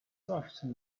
often